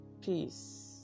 peace